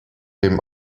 dem